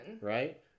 Right